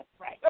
Right